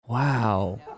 Wow